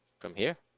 from here